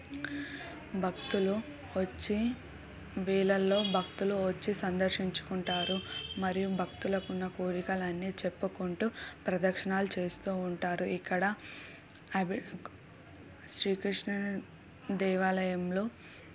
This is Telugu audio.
భక్తులు వచ్చి వేలల్లో భక్తులు వచ్చి సందర్శించుకుంటారు మరియు భక్తులకి ఉన్న కోరికలన్నీ చెప్పుకుంటూ ప్రదక్షిణాలు చేస్తూ ఉంటారు ఇక్కడ అబి శ్రీకృష్ణుని దేవాలయంలో